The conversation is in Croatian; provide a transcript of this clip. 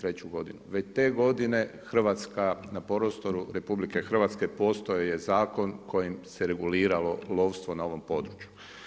Već te godine Hrvatska na prostoru RH postojao je zakon kojim se reguliralo lovstvo na ovom području.